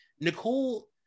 Nicole